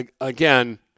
Again